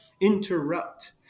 Interrupt